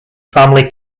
family